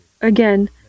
again